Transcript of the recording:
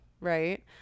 right